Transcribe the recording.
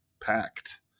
packed